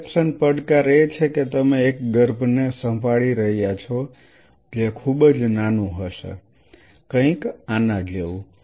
dissection પડકાર એ છે કે તમે એક ગર્ભને સંભાળી રહ્યા છો જે ખૂબ જ નાનું હશે કંઈક આના જેવું